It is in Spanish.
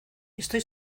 estoy